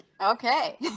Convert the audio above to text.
Okay